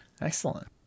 excellent